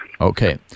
Okay